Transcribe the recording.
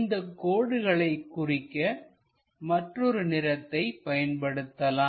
இந்த கோடுகளை குறிக்க மற்றொரு நிறத்தை பயன்படுத்தலாம்